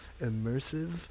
immersive